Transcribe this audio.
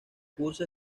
cursa